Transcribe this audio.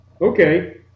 Okay